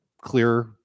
clear